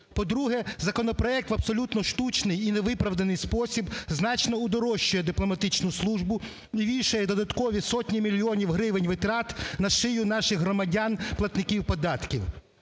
По-друге, законопроект в абсолютно штучний і невиправданий спосіб значно удорожчує дипломатичну службу і вішає додаткові сотні мільйонів гривень витрат на шию наших громадян – платників податків.